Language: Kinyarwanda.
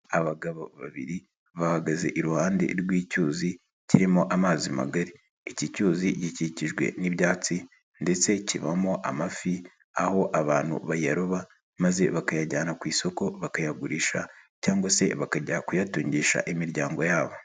Abagabo babiri bahagaze iruhande rw'icyuzi kirimo amazi magari, iki cyuzi gikikijwe n'ibyatsi ndetse kibamo amafi aho abantu bayaroba maze bakayajyana ku isoko bakayagurisha cyangwa se bakajya kuyatungisha imiryango yabo.